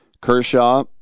Kershaw